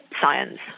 science